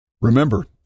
Remember